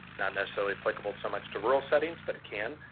not necessarily applicable so much to rural settings, but it can,